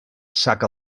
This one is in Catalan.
sac